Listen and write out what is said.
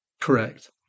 Correct